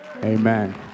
Amen